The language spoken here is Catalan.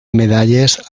medalles